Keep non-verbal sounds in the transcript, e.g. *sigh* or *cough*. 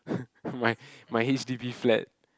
*noise* my my h_d_b flat